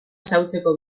xahutzeko